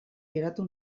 geratu